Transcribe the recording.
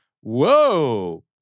whoa